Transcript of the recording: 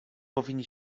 powinni